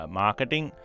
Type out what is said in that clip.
marketing